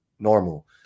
Normal